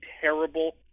terrible